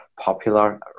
popular